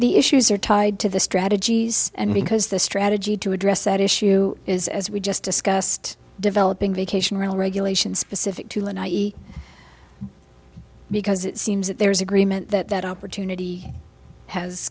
the issues are tied to the strategies and because the strategy to address that issue is as we just discussed developing vacation real regulation specific to an i e because it seems that there is agreement that that opportunity has